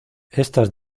estas